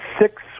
six